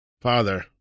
Father